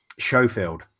showfield